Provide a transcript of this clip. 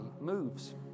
moves